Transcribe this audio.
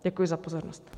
Děkuji za pozornost.